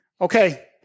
Okay